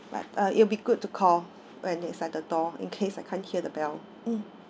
but uh it'll be good to call when he's at the door in case I can't hear the bell mm